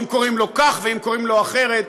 אם קוראים לו כך ואם קוראים לו אחרת,